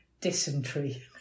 Dysentery